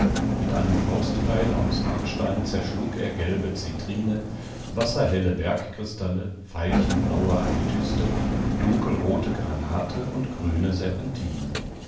mit einem faustkeil aus hartstein zerschlug er gelbe zitrine wasserhelle bergkristalle veilchenblaue amethyste dunkelrote granate und grüne serpentine